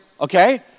okay